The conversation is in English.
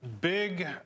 big